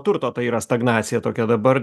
turto tai yra stagnacija tokia dabar